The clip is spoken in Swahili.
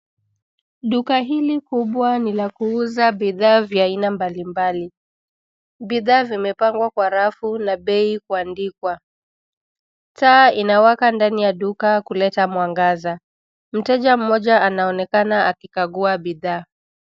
Duka hili kubwa ni la kuuza bidhaa vya aina mbalimbali. Bidhaa zimepangwa kwa rafu na bei kuandikwa. Taa inawaka ndani ya duka kuleta mwangaza. Mteja mmoja anaonekana akikagua bidhaa.